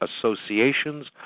associations